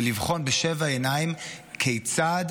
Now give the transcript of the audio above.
ולבחון בשבע עיניים כיצד